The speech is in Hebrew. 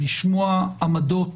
לשמוע עמדות